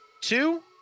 two